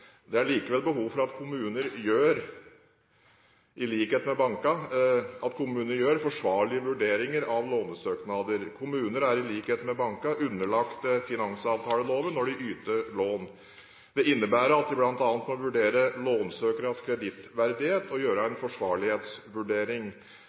Det er likevel behov for at også kommunene, i likhet med bankene, gjør forsvarlige vurderinger av lånesøknader. Kommunene er, i likhet med bankene, underlagt finansavtaleloven når de yter lån. Det innebærer bl.a. at de må vurdere lånesøkernes kredittverdighet og gjøre en